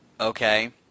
Okay